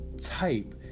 type